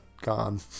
gone